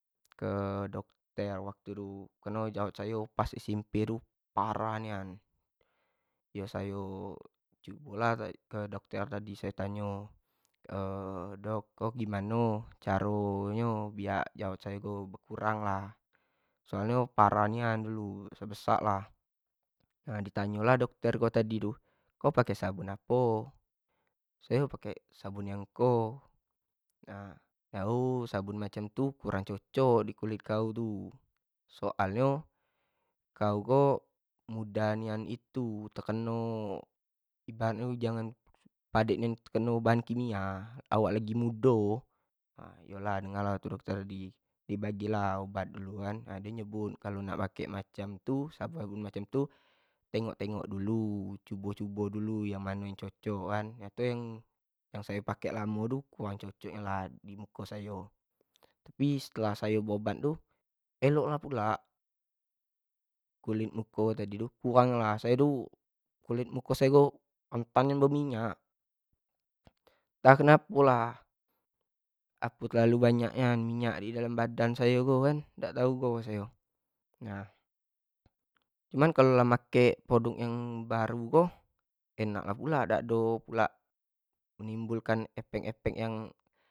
Ke dokter waktu tu kareno jerawat sayo pas SMP tu parah nian yo sayo cubolah ke dokte tadi sayo tanyo, dok gimano caro nyo biak jerawat sayo berkurang lah, soal nyo parah nia dulu besak-besak lah, di tanyo lah dokter tadi tu kau pak sabun apo, sayo pake sabun yang ko nah kau sabun macam tu kurang cocok di kulit kau tu, soal nyo kau tu mudah nian itu tekeno ibarat nyo jangan padek nian bahan kimia awak lagi mudo yo lah di bagih lah obat kan, nah dio nyebut kalo nak make macam tu, sabun-sabun macam tu tengok-tengok dulu cubo-cubo dulu yang mano yang cocok kan, nyato nyo yang sayopake lamo tu kurang cocok lah di muko sayo, tapi setelah sayo berobat tu elok lah pulak kulit muko tadi tu, kurang pula lah, sayo tu kulit muko sayo tu gampang nian beminyak, ngapo lah kau terlalu banyak nian minyak di dalam badan sayo kan dak pulo tau sayo kan cumakalo lah makek produk yang baru tu kan enak lah pulo dak do menimbulkan efek-efek yang.